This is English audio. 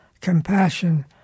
compassion